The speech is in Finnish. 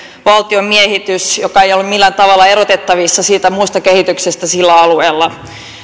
valtion miehitys joka ei ole millään tavalla erotettavissa siitä muusta kehityksestä sillä alueella